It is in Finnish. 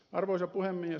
arvoisa puhemies